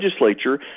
legislature